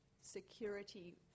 security